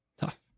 Tough